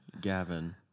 Gavin